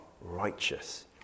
righteous